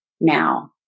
Now